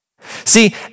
See